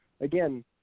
again